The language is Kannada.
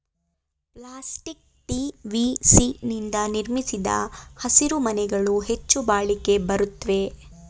ಪ್ಲಾಸ್ಟಿಕ್ ಟಿ.ವಿ.ಸಿ ನಿಂದ ನಿರ್ಮಿಸಿದ ಹಸಿರುಮನೆಗಳು ಹೆಚ್ಚು ಬಾಳಿಕೆ ಬರುತ್ವೆ